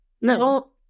No